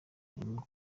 arimo